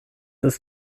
ist